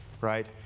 right